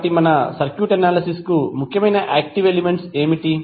కాబట్టి మన circuit analysis కు ముఖ్యమైన యాక్టివ్ ఎలిమెంట్స్ ఏమిటి